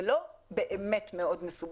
זה לא באמת מאוד מסובך.